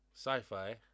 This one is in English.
Sci-fi